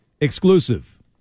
exclusive